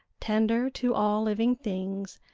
tender to all living things,